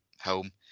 home